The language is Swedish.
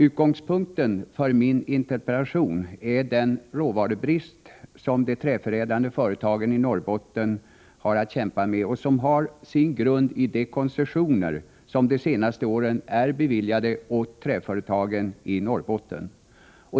Utgångspunkten för min interpellation är den råvarubrist som de träförädlande företagen i Norrbotten kämpar med och som har sin grund i de koncessioner som de senaste åren är beviljade åt träföretagen i Norrbotten.